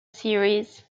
series